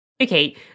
Okay